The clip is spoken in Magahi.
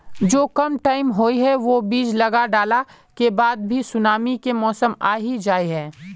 जो कम टाइम होये है वो बीज लगा डाला के बाद भी सुनामी के मौसम आ ही जाय है?